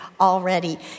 already